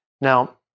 Now